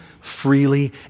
freely